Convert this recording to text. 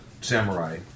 samurai